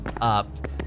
up